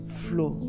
flow